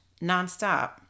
nonstop